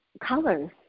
colors